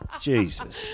Jesus